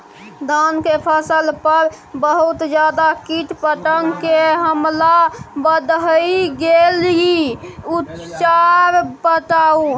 धान के फसल पर बहुत ज्यादा कीट पतंग के हमला बईढ़ गेलईय उपचार बताउ?